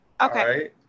Okay